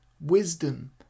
wisdom